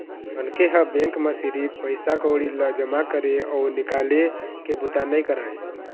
मनखे ह बेंक म सिरिफ पइसा कउड़ी ल जमा करे अउ निकाले के बूता नइ करय